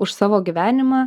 už savo gyvenimą